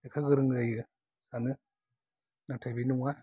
लेखा गोरों जायो सानो नाथाय बे नङा